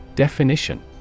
Definition